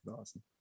awesome